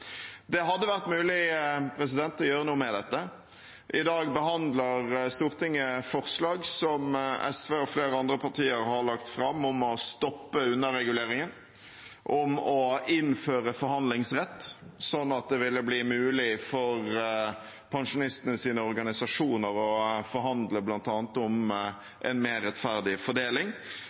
Det hadde vært mulig å gjøre noe med dette. I dag behandler Stortinget forslag som SV og flere andre partier har lagt fram, om å stoppe underreguleringen, om å innføre forhandlingsrett, sånn at det ville bli mulig for pensjonistenes organisasjoner å forhandle om bl.a. en mer rettferdig fordeling,